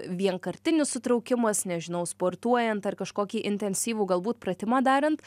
vienkartinis sutraukimas nežinau sportuojant ar kažkokį intensyvų galbūt pratimą darant